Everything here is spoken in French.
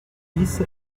dix